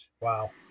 Wow